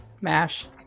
Mash